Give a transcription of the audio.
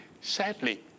sadly